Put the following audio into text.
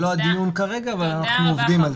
זה לא הדיון כרגע אבל אנחנו עובדים על זה.